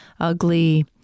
Ugly